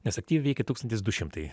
nes aktyviai veikė tūkstantis du šimtai